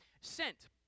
Sent